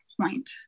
point